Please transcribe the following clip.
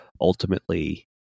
ultimately